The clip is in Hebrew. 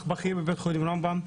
אח בכיר בבית החולים רמב"ם,